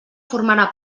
formarà